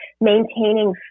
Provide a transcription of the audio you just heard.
maintaining